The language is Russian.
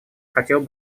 хотел